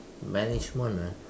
management ah